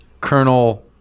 Colonel